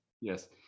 Yes